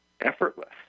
effortless